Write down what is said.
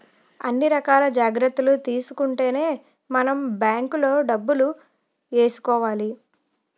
అన్ని రకాల జాగ్రత్తలు తీసుకుంటేనే మనం బాంకులో డబ్బులు ఏసుకోవాలి